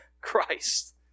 Christ